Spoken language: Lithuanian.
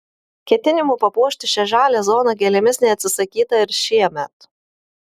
ketinimų papuošti šią žalią zoną gėlėmis neatsisakyta ir šiemet